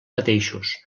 mateixos